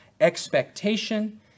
expectation